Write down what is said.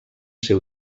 ser